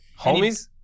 Homies